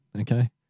Okay